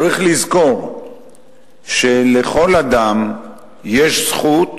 צריך לזכור שלכל אדם יש זכות,